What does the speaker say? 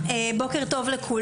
חבר תרגומים בוקר טוב לכולם,